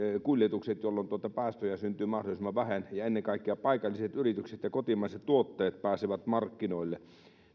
kuljetukset jolloin päästöjä syntyy mahdollisimman vähän ja ennen kaikkea paikalliset yritykset ja kotimaiset tuotteet pääsevät markkinoille